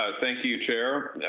ah thank you chair.